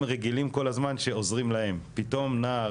הם רגילים כל הזמן שעוזרים להם, פתאום נער